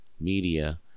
media